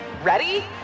Ready